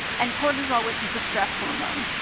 and cortisol, which is the stress hormone.